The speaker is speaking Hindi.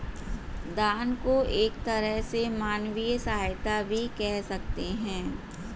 दान को एक तरह से मानवीय सहायता भी कह सकते हैं